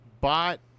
bought